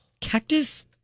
cactus